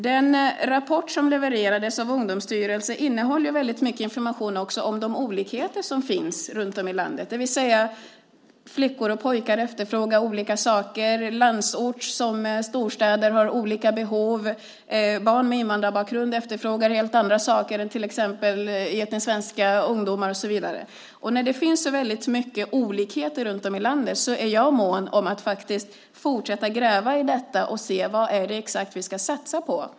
Den rapport som levererades av Ungdomsstyrelsen innehåller också väldigt mycket information om de olikheter som finns runtom i landet - flickor och pojkar efterfrågar olika saker, landsort och storstäder har olika behov, barn med invandrarbakgrund efterfrågar helt andra saker än etniskt svenska ungdomar och så vidare. När det nu finns så väldigt mycket olikheter runtom i landet är jag mån om att fortsätta att gräva i detta och se exakt vad det är vi ska satsa på.